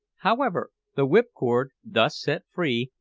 however, the whip-cord, thus set free,